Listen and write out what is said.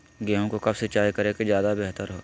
गेंहू को कब सिंचाई करे कि ज्यादा व्यहतर हो?